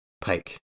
Pike